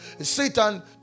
Satan